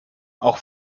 auch